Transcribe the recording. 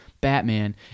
Batman